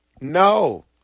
No